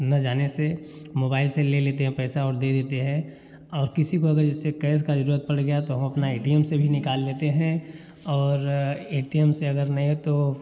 न जाने से मोबाइल से ले लेते हैं पैसा और दे देते हैं और किसी को अगर जैसे कएस का ज़रूरत पड़ गया तो हम अपना ए टी एम से भी निकाल लेते हैं और ए टी एम से अगर नहीं है तो